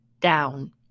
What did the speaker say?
down